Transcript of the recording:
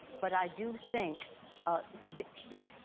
but i do think the the